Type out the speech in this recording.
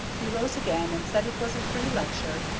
he rose again, and said it was a free lecture,